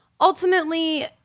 Ultimately